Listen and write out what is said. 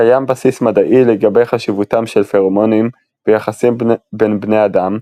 קיים בסיס מדעי לגבי חשיבותם של פרומונים ביחסים בין בני אדם,